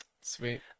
Sweet